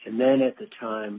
and then at the time